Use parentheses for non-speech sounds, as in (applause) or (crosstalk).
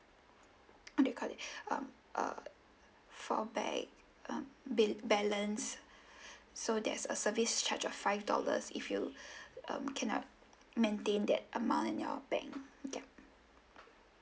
what do you call it (breath) um uh fallback um ba~ balance so there's a service charge of five dollars if you (breath) um cannot maintain that amount in your bank ya